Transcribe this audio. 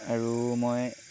আৰু মই